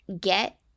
get